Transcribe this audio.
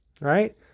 right